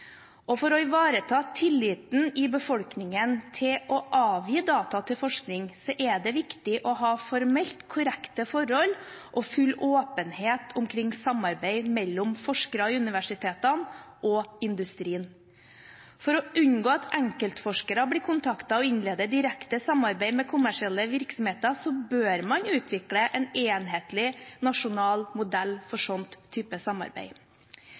For å ivareta tilliten i befolkningen til å avgi data til forskning er det viktig å ha formelt korrekte forhold og full åpenhet omkring samarbeid mellom forskere på universitetene og i industrien. For å unngå at enkeltforskere blir kontaktet og innleder direkte samarbeid med kommersielle virksomheter, bør man utvikle en enhetlig nasjonal modell for den type samarbeid.